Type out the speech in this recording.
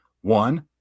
one